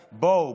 בואו,